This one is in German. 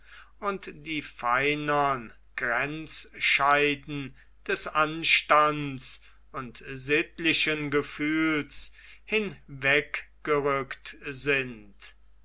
und die feinern grenzscheiden des anstands und sittlichen gefühls hinweggerückt sind